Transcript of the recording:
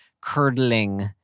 curdling